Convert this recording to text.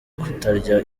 kutarya